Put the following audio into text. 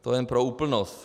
To jen pro úplnost.